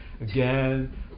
again